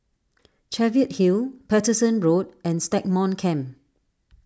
Cheviot Hill Paterson Road and Stagmont Camp